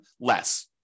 less